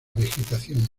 vegetación